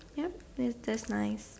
yup that's that's nice